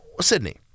Sydney